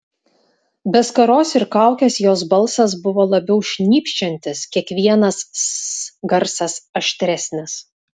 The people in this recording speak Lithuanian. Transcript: be skaros ir kaukės jos balsas buvo labiau šnypščiantis kiekvienas s garsas aštresnis